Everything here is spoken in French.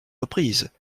reprises